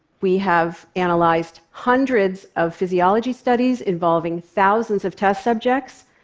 we have analyzed hundreds of physiology studies involving thousands of test subjects.